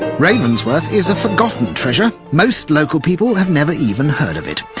ravensworth is a forgotten treasure most local people have never even heard of it,